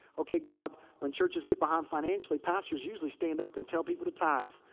okay god, when churches get behind financially, pastors usually stand up and tell people to tithe.